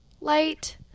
light